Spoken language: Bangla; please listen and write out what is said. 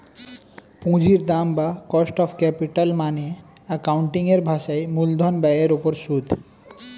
পুঁজির দাম বা কস্ট অফ ক্যাপিটাল মানে অ্যাকাউন্টিং এর ভাষায় মূলধন ব্যয়ের উপর সুদ